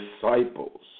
disciples